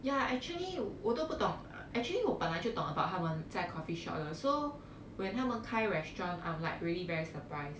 ya actually 我都不懂 actually 我本来就懂 about 他们在 coffee shop liao so when 他们开 restaurant I'm like really very surprised